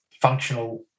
functional